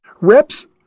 Reps